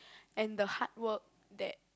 and the hard work that